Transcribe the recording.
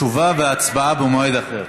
תשובה והצבעה במועד אחר.